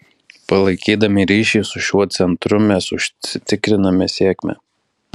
palaikydami ryšį su šiuo centru mes užsitikriname sėkmę